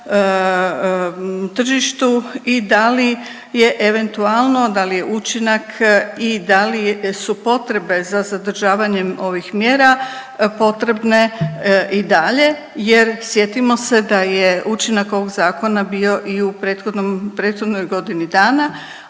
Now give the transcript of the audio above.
tržištu i da li je eventualno, da li je učinak i da li su potrebe za zadržavanjem ovih mjera potrebne i dalje jer, sjetimo se da je učinak ovog zakona bio i u prethodnoj godini dana,